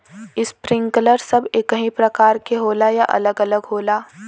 Sprinkler सब एकही प्रकार के होला या अलग अलग होला?